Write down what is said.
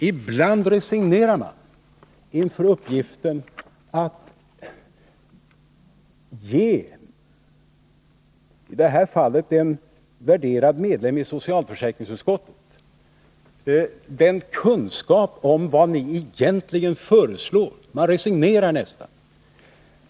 Ibland resignerar man nästan inför uppgiften att ge, i detta fall en värderad ledamot av socialförsäkringsutskottet, kunskap om vad de borgerliga egentligen föreslår.